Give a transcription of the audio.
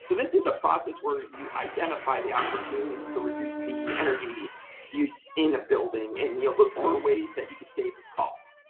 so this is a process where you identify the opportunity to reduce the energy use in a building and look for ways that you could save costs